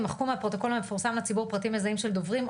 ימחקו מהפרוטוקול מפורסם לציבור פרטים מזהים של דוברים,